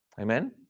Amen